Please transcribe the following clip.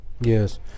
Yes